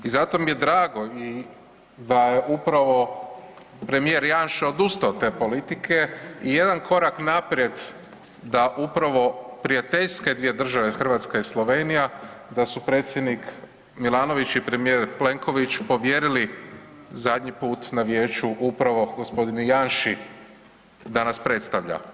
I zato mi je drago da upravo Janša odustao od te politike i jedan korak naprijed da upravo prijateljske dvije države, Hrvatska i Slovenija, da su predsjednik Milanović i premijer Plenković povjerili zadnji puta na Vijeću upravo g. Janši da nas predstavlja.